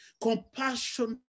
Compassion